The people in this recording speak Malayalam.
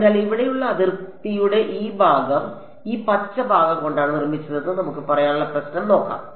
അതിനാൽ ഇവിടെയുള്ള അതിർത്തിയുടെ ഈ ഭാഗം ഈ പച്ച ഭാഗം കൊണ്ടാണ് നിർമ്മിച്ചതെന്ന് നമുക്ക് പറയാനുള്ള പ്രശ്നം നോക്കാം